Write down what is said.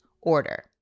order